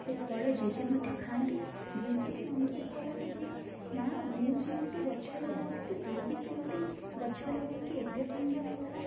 ସେ ଫଳ ଜେଜେ ମଧ୍ୟ ଖାଆନ୍ତି ଜେଜେ ବି ଅନୁଭବ କରନ୍ତି ଯେ ମା ମୁଁ ଯେମିତି ଗଛ ଲଗଉଥିଲି ତୁ ବି ସେମିତି ଗଛ ଲଗାଇକି ଏତେ ସୁନ୍ଦର ଫଳ